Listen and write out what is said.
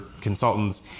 consultants